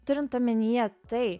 turint omenyje tai